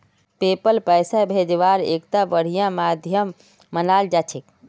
PayPal पैसा भेजवार एकता बढ़िया माध्यम मानाल जा छेक